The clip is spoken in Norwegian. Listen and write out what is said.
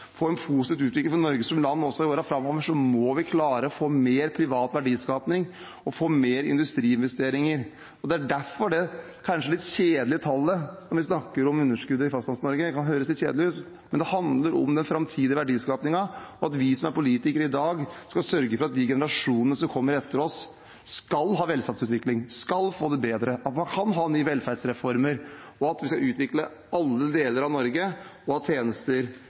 få en positiv utvikling i Norge som land også i årene framover, må vi klare å få mer privat verdiskaping og få mer industriinvesteringer. Det er kanskje derfor det tallet, når vi snakker om underskudd i Fastlands-Norge, kan høres litt kjedelig ut, men det handler om den framtidige verdiskapingen og at vi som er politikere i dag, skal sørge for at de generasjonene som kommer etter oss, skal ha velstandsutvikling, skal få det bedre, at man kan ha nye velferdsreformer, og at vi skal utvikle alle deler av Norge og ha tjenester